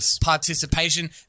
participation